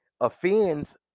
offends